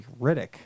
Riddick